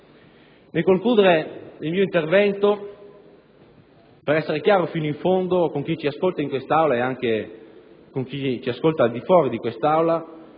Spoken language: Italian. Nel concludere il mio intervento, per essere chiaro fino in fondo con chi ci ascolta in quest'Aula ed anche con chi ci ascolta di fuori di essa,